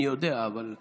אני יודע, אבל,